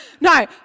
No